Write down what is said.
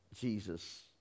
Jesus